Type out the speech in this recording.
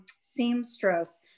seamstress